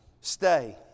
stay